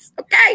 okay